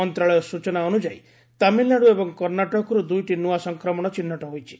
ମନ୍ତ୍ରଣାଳୟ ସ୍ଚନା ଅନୁଯାୟୀ ତାମିଲ୍ନାଡୁ ଏବଂ କର୍ଷ୍ଣାଟକରୁ ଦୁଇଟି ନୂଆ ସଂକ୍ରମଣ ଚିହ୍ନଟ ହୋଇଛି